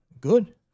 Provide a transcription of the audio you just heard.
good